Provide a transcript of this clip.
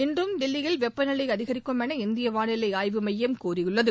இன்றும் தில்லியில் வெப்பநிலை அதிகரிக்கும் என இந்திய வாளிலை ஆய்வு மையம் கூறியுள்ளது